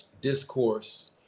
discourse